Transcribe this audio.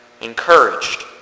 encouraged